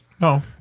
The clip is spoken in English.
No